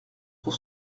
pour